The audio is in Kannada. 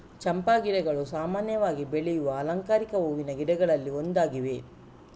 ಚಂಪಾ ಗಿಡಗಳು ಸಾಮಾನ್ಯವಾಗಿ ಬೆಳೆಯುವ ಅಲಂಕಾರಿಕ ಹೂವಿನ ಗಿಡಗಳಲ್ಲಿ ಒಂದಾಗಿವೆ